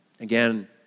Again